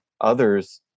others